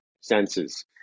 senses